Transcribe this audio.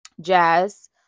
Jazz